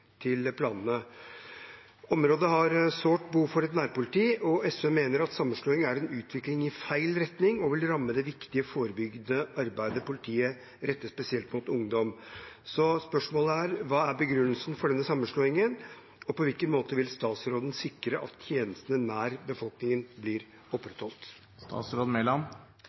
planene. Området har sårt behov for nærpoliti. SV mener sammenslåing er en utvikling i feil retning og vil ramme det viktige forebyggende arbeidet politiet retter mot ungdom. Hva er begrunnelsen for denne sammenslåing, og på hvilken måte vil statsråden sikre at tjenestene nær befolkningen blir